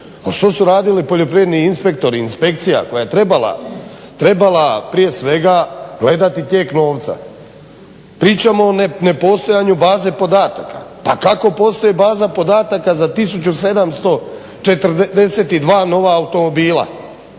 što su radili poljoprivredni inspektori, inspekcija koja je trebala prije svega gledati tijek novca? Pričamo o nepostojanju baze podataka, pa kako postoji baza podataka za 1742 nova automobila,